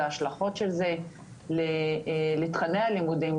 והשלכות של זה לתכני הלימודים,